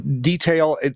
detail